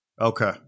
Okay